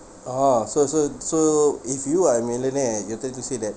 (uh huh) so so so if you are a millionaire you're trying to say that